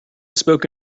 spoke